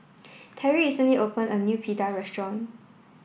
Terrie recently opened a new Pita Restaurant